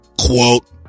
Quote